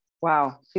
Wow